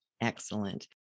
Excellent